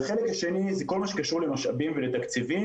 החלק השני זה כל מה שקשור למשאבים ולתקציבים